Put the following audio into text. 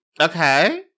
Okay